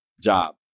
job